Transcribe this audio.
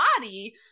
body